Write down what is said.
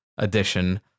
edition